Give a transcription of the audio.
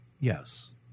yes